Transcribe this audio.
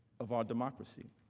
of our democracy.